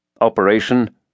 Operation